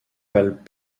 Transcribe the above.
valent